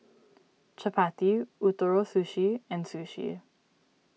Chapati Ootoro Sushi and Sushi